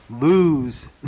lose